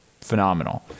phenomenal